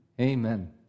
Amen